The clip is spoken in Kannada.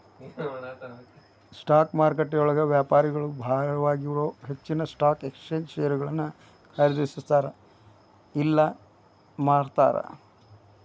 ಸ್ಟಾಕ್ ಮಾರುಕಟ್ಟೆಯೊಳಗ ವ್ಯಾಪಾರಿಗಳ ಭಾಗವಾಗಿರೊ ಹೆಚ್ಚಿನ್ ಸ್ಟಾಕ್ ಎಕ್ಸ್ಚೇಂಜ್ ಷೇರುಗಳನ್ನ ಖರೇದಿಸ್ತಾರ ಇಲ್ಲಾ ಮಾರ್ತಾರ